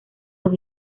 los